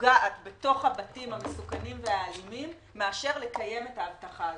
פוגעת בתוך הבתים המסוכנים והאלימים מאשר לקיים את ההבטחה הזו.